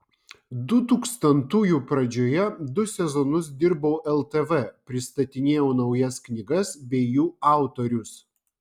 dutūkstantųjų pradžioje du sezonus dirbau ltv pristatinėjau naujas knygas bei jų autorius